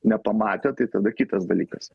nepamatė tai tada kitas dalykas